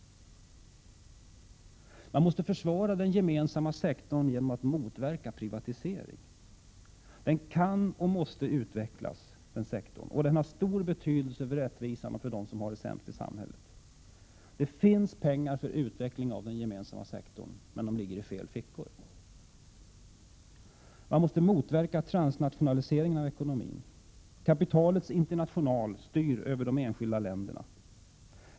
Man måste försvara den gemensamma sektorn genom att motverka privatisering. Den gemensamma sektorn kan och måste utvecklas. Den har stor betydelse för rättvisan och för dem som har det sämst i samhället. Det finns pengar för utveckling av den gemensamma sektorn, men pengarna ligger i fel fickor. Man måste motverka transnationaliseringen av ekonomin. Kapitalets international styr över de enskilda länderna.